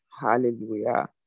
Hallelujah